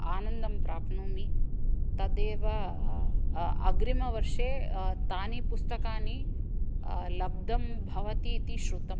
आनन्दं प्राप्नोमि तदेव अ अ अग्रिमवर्षे तानि पुस्तकानि लब्धं भवति इति श्रुतम्